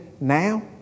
now